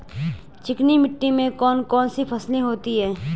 चिकनी मिट्टी में कौन कौन सी फसलें होती हैं?